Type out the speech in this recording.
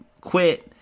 quit